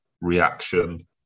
reaction